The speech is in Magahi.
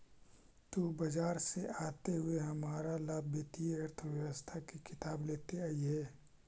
तु बाजार से आते हुए हमारा ला वित्तीय अर्थशास्त्र की किताब लेते अइहे